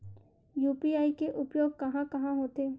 UPI के उपयोग कहां कहा होथे?